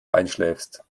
einschläfst